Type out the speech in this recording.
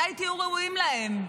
מתי תהיו ראויים להם?